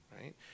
right